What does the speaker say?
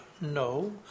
No